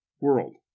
world